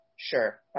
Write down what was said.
Sure